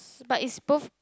but is both